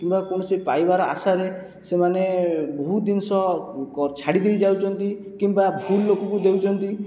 କିମ୍ବା କୌଣସି ପାଇବାର ଆଶାରେ ସେମାନେ ବହୁତ ଜିନିଷ ଛାଡ଼ି ଦେଇ ଯାଉଛନ୍ତି କିମ୍ବା ଭୁଲ୍ ଲୋକଙ୍କୁ ଦେଉଛନ୍ତି